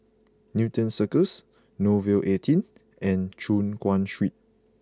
Newton Cirus Nouvel eighteen and Choon Guan Street